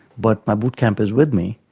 but my boot camp is with me,